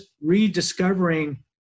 rediscovering